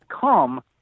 come